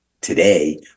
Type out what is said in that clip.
today